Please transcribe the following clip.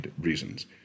reasons